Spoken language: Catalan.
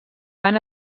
van